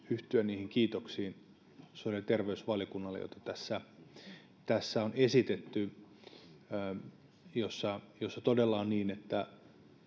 yhtyä niihin kiitoksiin sosiaali ja terveysvaliokunnalle joita tässä tässä on esitetty todella on niin että